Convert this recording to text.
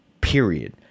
period